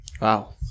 Wow